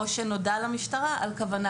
נודע למשטרה על כוונה